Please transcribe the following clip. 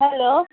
hello